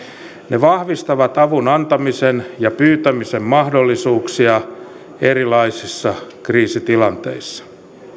ne vahvistavat avun antamisen ja pyytämisen mahdollisuuksia erilaisissa kriisitilanteissa